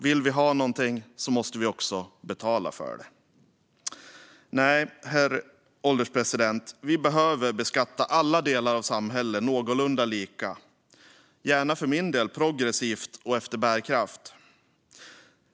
Vill vi ha någonting måste vi också betala för det. Herr ålderspresident! Vi behöver beskatta alla delar av samhället någorlunda lika, för min del gärna progressivt och efter bärkraft.